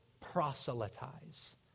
proselytize